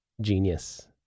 genius